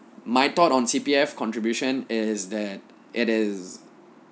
my thought on C_P_F contribution is that it is